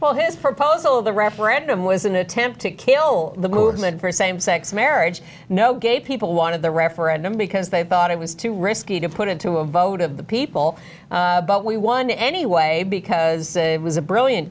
well this proposal of the referendum was an attempt to kill the movement for same sex marriage no gay people wanted the referendum because they thought it was too risky to put into a vote of the people but we won anyway because it was a brilliant